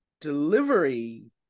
delivery